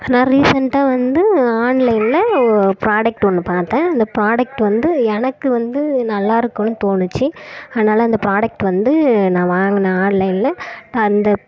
நான் ரீசன்ட்டாக வந்து ஆன்லைனில் ப்ராடக்ட் ஒன்று பார்த்தேன் அந்த ப்ராடக்ட் வந்து எனக்கு வந்து நல்லாயிருக்குனு தோணுச்சு அதனால் அந்த ப்ராடக்ட் வந்து நான் வாங்கினேன் ஆன்லைனில் இப்போ அந்த